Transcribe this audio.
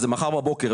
זה מחר בבוקר.